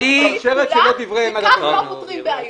הישראלית כולה וכך לא פותרים בעיות.